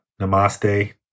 Namaste